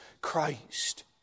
Christ